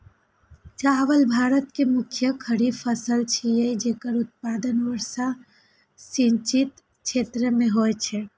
चावल भारत के मुख्य खरीफ फसल छियै, जेकर उत्पादन वर्षा सिंचित क्षेत्र मे होइ छै